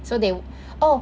so they oh